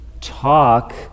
talk